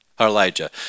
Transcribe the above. Elijah